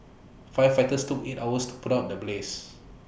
firefighters took eight hours to put out the blaze